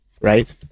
right